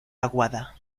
aguada